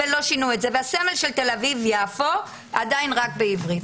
לא שינו את זה והסמל של תל אביב יפו עדיין רק בעברית.